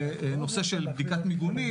לנושא של בדיקת מיגונים,